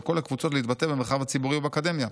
כל הקבוצות להתבטא במרחב הציבורי ובאקדמיה?